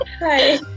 hi